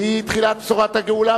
והיא תחילת בשורת הגאולה,